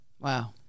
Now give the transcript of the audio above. Wow